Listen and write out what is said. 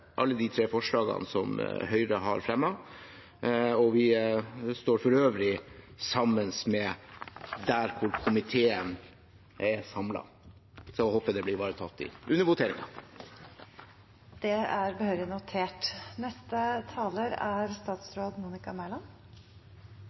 alle de tre forslagene Høyre har fremmet. Vi står for øvrig sammen med komiteen der komiteen er samlet. Jeg håper det blir ivaretatt under voteringen. Det er behørig notert. Regjeringen er